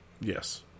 Yes